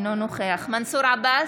אינו נוכח מנסור עבאס,